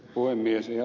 ihan lyhyesti